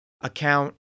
account